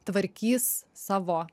tvarkys savo